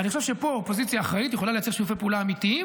אני חושב שפה אופוזיציה אחראית יכולה לייצר שיתופי פעולה אמיתיים